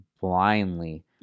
blindly